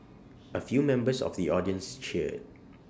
A few members of the audience cheered